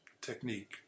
technique